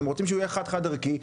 אתם רוצים שהוא יהיה חד-חד ערכי?